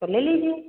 तो ले लीजिए